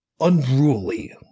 unruly